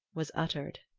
was uttered.